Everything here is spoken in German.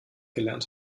gelernt